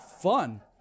fun